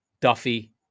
Duffy